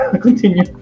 continue